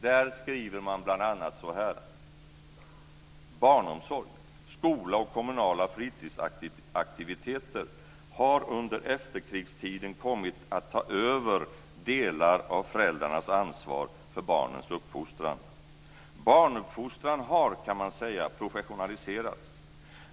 Där skriver man bl.a. så här: "Barnomsorg, skola och kommunala fritidsaktiviteter har under efterkrigstiden kommit att ta över delar av föräldrarnas ansvar för barnens uppfostran. Barnuppfostran har, kan man säga, professionaliserats.